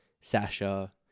Sasha